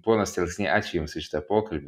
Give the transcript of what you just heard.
ponas tekslnį ačiū jums už šitą pokalbį